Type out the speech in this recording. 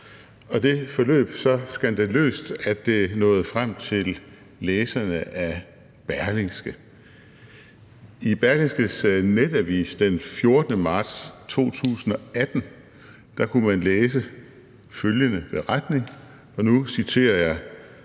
Og det forløb så skandaløst, at det nåede frem til læserne af Berlingske. I Berlingskes netavis den 14. marts 2018 kunne man i følgende beretning læse følgende: